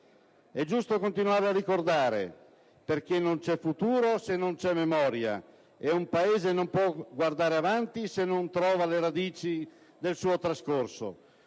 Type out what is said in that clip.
È giusto continuare a ricordare, perché non c'è futuro se non c'è memoria, e un Paese non può guardare avanti se non trova le radici del suo trascorso.